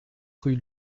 rue